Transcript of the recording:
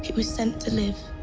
was sent to live